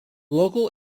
local